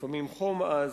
ולפעמים חום עז,